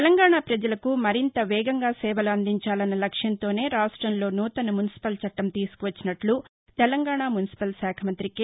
తెలంగాణా ప్రజలకు మరింత వేగంగా సేవలు అందించాలన్న లక్ష్యంతోనే రాష్టంలో నూతన మున్సిపల్చట్టం తీసుకు వచ్చినట్లు తెలంగాణా మున్సిపల్శాఖ మంతి కె